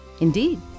Indeed